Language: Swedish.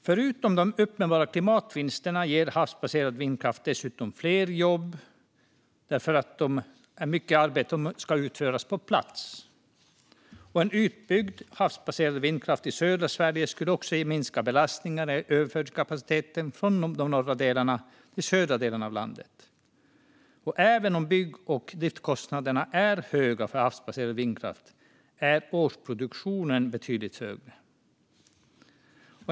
Förutom de uppenbara klimatvinsterna ger havsbaserad vindkraft dessutom fler jobb eftersom mycket arbete måste utföras på plats. En utbyggd havsbaserad vindkraft i södra Sverige skulle också minska belastningen på överföringskapaciteten från de norra till de södra delarna av landet. Även om bygg och driftskostnaderna för havsbaserad vindkraft är höga är årsproduktionen betydligt högre.